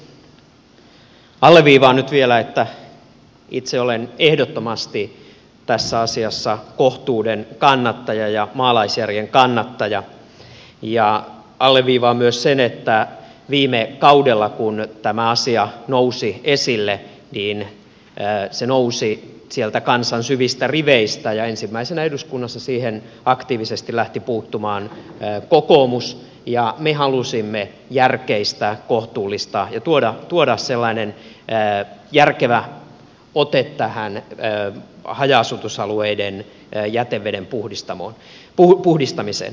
alleviivaan nyt vielä että itse olen ehdottomasti tässä asiassa kohtuuden kannattaja ja maalaisjärjen kannattaja ja alleviivaan myös sitä että viime kaudella kun tämä asia nousi esille se nousi sieltä kansan syvistä riveistä ja ensimmäisenä eduskunnassa siihen aktiivisesti lähti puuttumaan kokoomus ja me halusimme järkeistää kohtuullistaa ja tuoda sellaisen järkevän otteen tähän haja asutusalueiden jäteveden puhdistamiseen